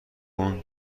اون